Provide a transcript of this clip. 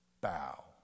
bow